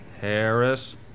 Harris